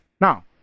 now